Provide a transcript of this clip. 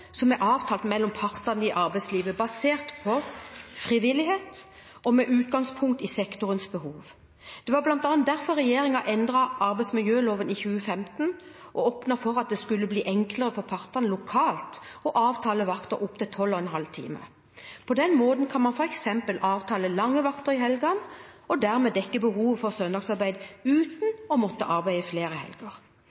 som er avtalt mellom partene i arbeidslivet, basert på frivillighet og med utgangspunkt i sektorens behov. Det var bl.a. derfor regjeringen endret arbeidsmiljøloven i 2015 og åpnet for at det skulle bli enklere for partene lokalt å avtale vakter opptil 12,5 timer. På den måten kan man f.eks. avtale lange vakter i helgene og dermed dekke behovet for søndagsarbeid uten